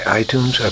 iTunes